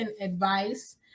advice